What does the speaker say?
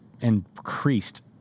increased